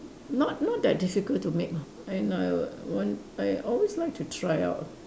not not that difficult to make lah and I will want I always like try out lah